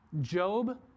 Job